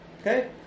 Okay